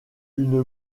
une